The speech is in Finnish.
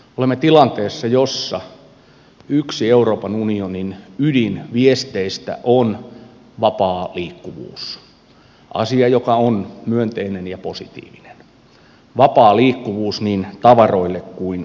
olemme tilanteessa jossa yksi euroopan unionin ydinviesteistä on vapaa liikkuvuus asia joka on myönteinen ja positiivinen vapaa liikkuvuus niin tavaroille kuin ihmisillekin